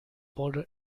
border